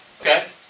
Okay